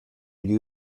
gli